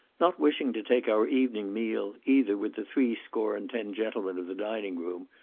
not wishing to take our evening meal either with the three score and ten gentlemen of the dining-room,